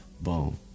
boom